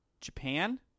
japan